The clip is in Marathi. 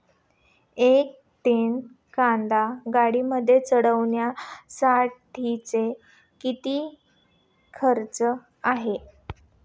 एक टन कांदा गाडीमध्ये चढवण्यासाठीचा किती खर्च आहे?